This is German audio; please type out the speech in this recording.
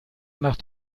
nach